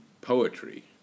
poetry